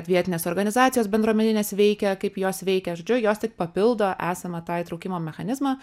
vietinės organizacijos bendruomeninės veikia kaip jos veikia žodžiu jos tik papildo esamą tą įtraukimo mechanizmą